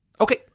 Okay